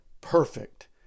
perfect